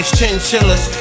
Chinchillas